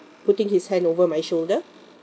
putting his hand over my shoulder